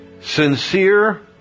sincere